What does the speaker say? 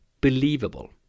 believable